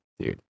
Dude